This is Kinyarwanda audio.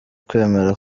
kwemera